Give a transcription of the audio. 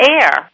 Air